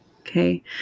Okay